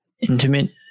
intimate